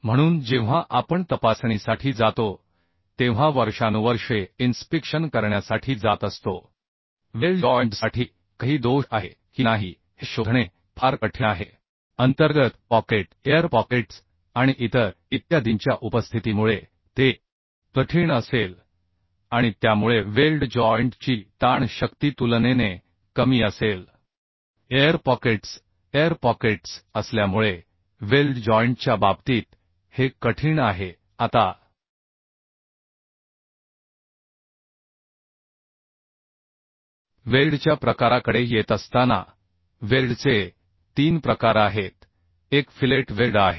म्हणून जेव्हा आपण तपासणीसाठी जातो तेव्हा वर्षानुवर्षे इन्स्पेक्शन करण्यासाठी जात असतो वेल्ड जॉइंट साठी काही दोष आहे की नाही हे शोधणे फार कठीण आहे अंतर्गत पॉकेट एअर पॉकेट्स आणि इतर इत्यादींच्या उपस्थितीमुळे ते कठीण असेल आणि त्यामुळे वेल्ड जॉइंट ची ताण शक्ती तुलनेने कमी असेल एअर पॉकेट्स असल्यामुळे वेल्ड जॉइंटच्या बाबतीत हे कठीण आहे आता वेल्डच्या प्रकाराकडे येत असताना वेल्डचे तीन प्रकार आहेत एक फिलेट वेल्ड आहे